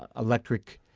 ah electric